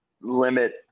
limit